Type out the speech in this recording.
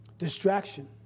Distraction